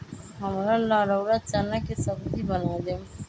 हमरा ला रउरा चना के सब्जि बना देम